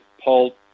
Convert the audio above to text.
Paul